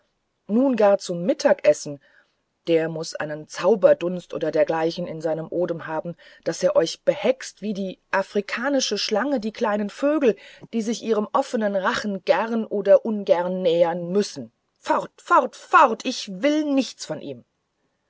nun gar zum mittagessen der muß einen zauberdunst und dergleichen in seinem odem haben daß er euch behext wie die afrikanische schlange die kleinen vögel die sich ihrem offenen rachen gern oder ungern nähern müssen fort fort fort ich will nichts von ihm